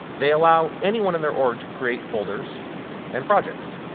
they allow anyone in their org to create folders and projects.